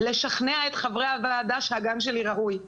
לשכנע את חברי הוועדה שהגן שלה ראוי.